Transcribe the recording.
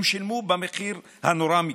הם שילמו את המחיר הנורא מכול.